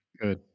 Good